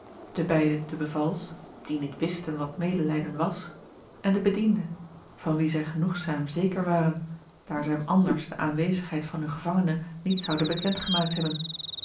de beide de bevals die niet wisten wat medelijden was en de bediende van wien zij genoegzaam zeker waren daar zij hem anders de aanwezigheid van hun gevangene niet zouden bekend gemaakt hebben